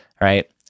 Right